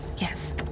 yes